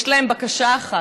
יש להם בקשה אחת: